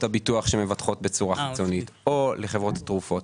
הביטוח שמבטחות בצורה חיצונית או לחברות התרופות.